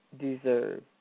deserve